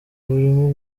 burimo